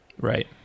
Right